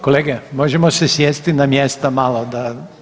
Kolege, možemo se sjesti na mjesta malo da…